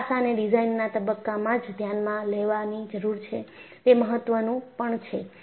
આ પાસાને ડિઝાઇનના તબક્કામાં જ ધ્યાનમાં લેવાની જરૂર છે તે મહત્વનું પણ છે